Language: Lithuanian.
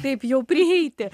taip jau prieiti